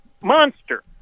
monster